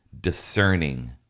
discerning